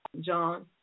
John